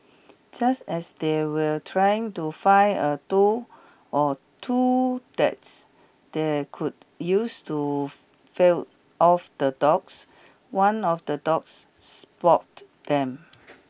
just as they were trying to find a tool or two that's they could use to failed off the dogs one of the dogs spot them